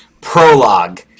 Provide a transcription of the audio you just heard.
Prologue